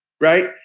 right